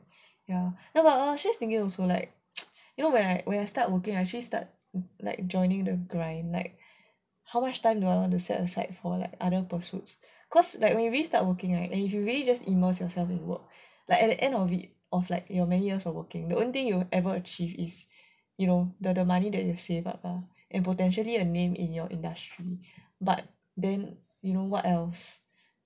ya then but I was just thinking also like you know when I when I start working I actually start like joining the grind like how much time do I want to set aside for like other pursuits cause like maybe start working right then you really just immerse yourself in work like at the end of it of like your many years of working the only thing you will ever achieve is you know the the money that you save up lah and potentially a name in your industry but then you know what else